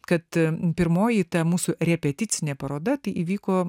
kad pirmoji ta mūsų repeticinė paroda tai įvyko